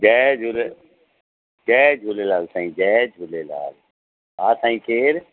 जय झूले जय झूलेलाल साईं जय झूलेलाल हा साईं केरु